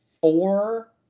four –